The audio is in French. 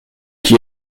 qui